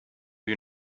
you